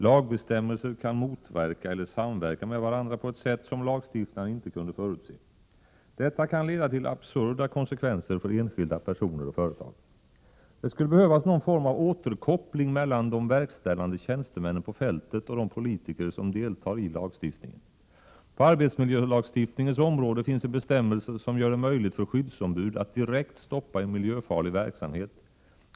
Lagbestämmelser kan motverka eller samverka med varandra på ett sätt som lagstiftaren inte kunde förutse. Detta kan leda till absurda konsekvenser för enskilda personer och företag. Det skulle behövas någon form av återkoppling mellan de verkställande tjänstemännen på fältet och de politiker som deltar i lagstiftningen. På arbetsmiljölagstiftningens område finns en bestämmelse som gör det möjligt för skyddsombud att direkt stoppa en miljöfarlig verksamhet.